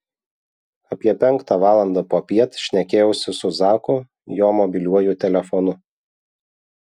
apie penktą valandą popiet šnekėjausi su zaku jo mobiliuoju telefonu